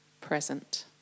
present